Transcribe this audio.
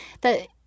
That-